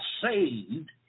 saved